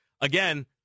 again